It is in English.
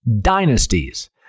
Dynasties